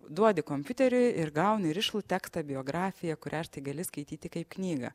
duodi kompiuteriui ir gauni rišlų tekstą biografiją kurią gali skaityti kaip knygą